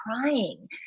crying